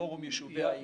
פורום יישובי העימות.